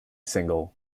single